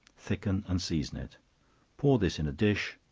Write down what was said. thicken and season it pour this in a dish,